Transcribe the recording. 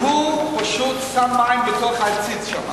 שפשוט שם מים בתוך העציץ שם.